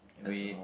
with